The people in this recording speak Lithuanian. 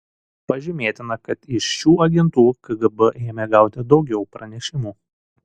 pažymėtina kad iš šių agentų kgb ėmė gauti daugiau pranešimų